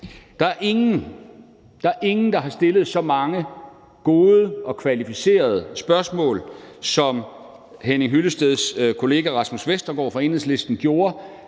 Der er ingen, der har stillet så mange gode og kvalificerede spørgsmål, som Henning Hyllesteds kollega Rasmus Vestergaard Madsen fra Enhedslisten gjorde.